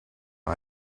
bei